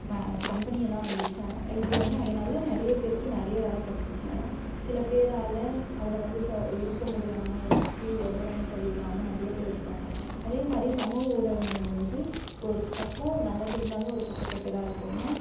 வ கம்பெனியெல்லாம் வந்துச்சு ஆனால் இப்போ வந்து அதனால நிறைய பேருக்கு நிறைய வேலை கிடச்சுச்சு ஆனால் சில பேரால் அதில் வந்து ஸோ இருக்க முடியாமல் ஏதாச்சு உடல் நில சரியில்லாமல் நிறைய பேர் இருப்பாங்க அதே மாதிரி சமூக ஊடகங்கள் வந்து ஒரு பக்கம் நல்லது இருந்தாலும் ஒரு பக்கம் கெட்டதாக இருக்கும் ஏன்னால்